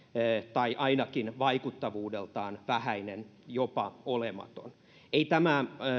tai ainakin vaikuttavuudeltaan vähäinen jopa olematon ei tämä